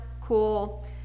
cool